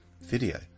video